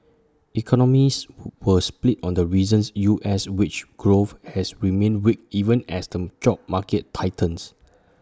economists who was split on the reasons U S wage growth has remained weak even as the job market tightens